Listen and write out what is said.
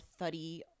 thuddy